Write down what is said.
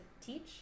teach